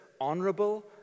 honorable